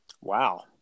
Wow